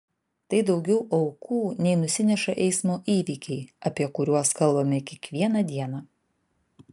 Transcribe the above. tai daugiau aukų nei nusineša eismo įvykiai apie kuriuos kalbame kiekvieną dieną